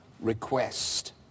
request